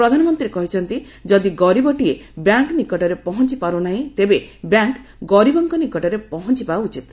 ପ୍ରଧାନମନ୍ତ୍ରୀ କହିଛନ୍ତି ଯଦି ଗରୀବଟିଏ ବ୍ୟାଙ୍କ ନିକଟରେ ପହଞ୍ଚପାରୁନାହିଁ ତେବେ ବ୍ୟାଙ୍କ ଗରୀବଙ୍କ ନିକଟରେ ପହଞ୍ଚବା ଉଚିତ